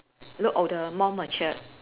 look older more matured